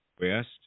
West